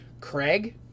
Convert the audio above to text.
Craig